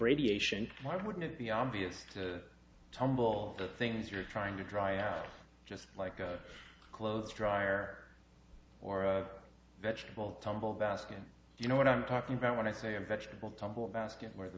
radiation why wouldn't it be obvious to tumble that things are trying to dry out just like a clothes dryer or a vegetable tumble about you know what i'm talking about when i say a vegetable tumble about where the